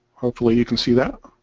hopefully you can see that